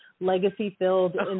legacy-filled